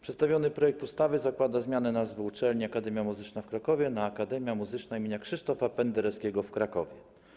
Przedstawiony projekt ustawy zakłada zmianę nazwy uczelni: Akademia Muzyczna w Krakowie na: Akademia Muzyczna im. Krzysztofa Pendereckiego w Krakowie.